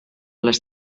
les